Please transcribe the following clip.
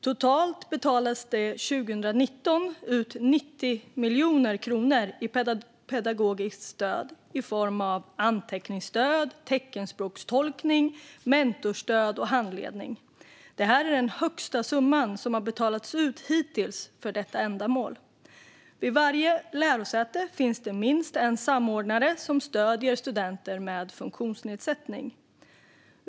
Totalt betalades det 2019 ut 90 miljoner kronor för pedagogiskt stöd i form av anteckningsstöd, teckenspråkstolkning, mentorsstöd och handledning. Detta är den högsta summa som har betalats ut hittills för detta ändamål. Vid varje lärosäte finns minst en samordnare som stöder studenter med funktionsnedsättning.